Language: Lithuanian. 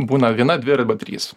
būna viena dvi arba trys